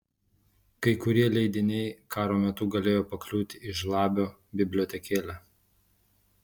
kai kurie leidiniai karo metu galėjo pakliūti į žlabio bibliotekėlę